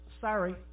Sorry